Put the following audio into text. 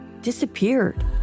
disappeared